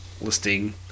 listing